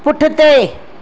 पुठिते